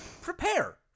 prepare